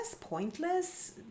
pointless